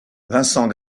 vincent